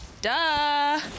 Duh